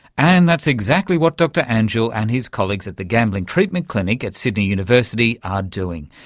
and that's exactly what dr anjoul and his colleagues at the gambling treatment clinic at sydney university are doing,